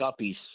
guppies